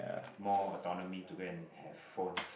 more autonomy to go and have phones